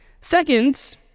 Second